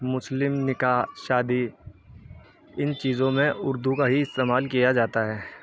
مسلم نکاح شادی ان چیزوں میں اردو کا ہی استعمال کیا جاتا ہے